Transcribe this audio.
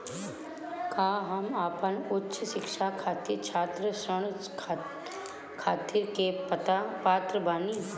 का हम अपन उच्च शिक्षा खातिर छात्र ऋण खातिर के पात्र बानी?